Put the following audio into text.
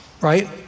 right